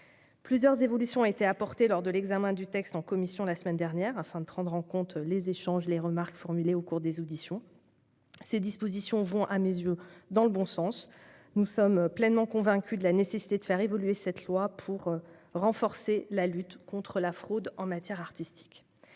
Plusieurs évolutions ont été apportées lors de l'examen du texte en commission la semaine dernière, afin de prendre en compte les échanges et remarques formulées au cours des auditions. Ces dispositions vont dans le bon sens. Nous sommes pleinement convaincus de la nécessité de faire évoluer cette loi pour renforcer la lutte contre la fraude en matière artistique.